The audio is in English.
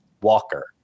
Walker